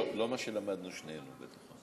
לא, לא מה שלמדנו שנינו בתיכון.